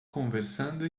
conversando